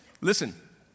Listen